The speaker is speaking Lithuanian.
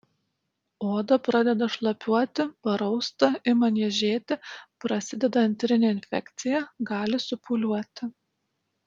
oda pradeda šlapiuoti parausta ima niežėti prasideda antrinė infekcija gali supūliuoti